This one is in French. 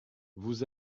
vous